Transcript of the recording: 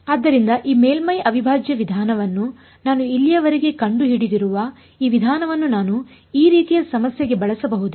ಆದ್ದರಿಂದ ಈ ಮೇಲ್ಮೈ ಅವಿಭಾಜ್ಯ ವಿಧಾನವನ್ನು ನಾನು ಇಲ್ಲಿಯವರೆಗೆ ಕಂಡುಹಿಡಿದಿರುವ ಈ ವಿಧಾನವನ್ನು ನಾನು ಈ ರೀತಿಯ ಸಮಸ್ಯೆಗೆ ಬಳಸಬಹುದೇ